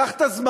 קח את הזמן,